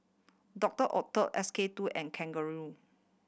Doctor Oetker S K Two and Kangaroo